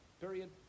Period